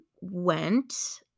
went